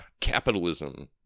capitalism